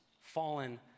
fallen